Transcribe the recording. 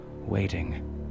waiting